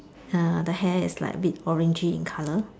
uh the hair is a bit like orangy in colour